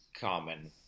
common